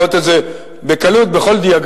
ואפשר היה לראות את זה בקלות בכל דיאגרמה,